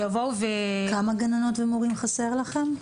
כמה גננות ומורים חסרים לכם?